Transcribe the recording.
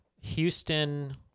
Houston